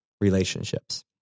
relationships